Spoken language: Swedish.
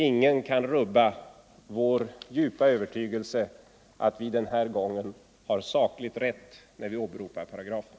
Ingen kan rubba vår djupa övertygelse att vi den här gången har sakligt rätt när vi åberopar paragrafen.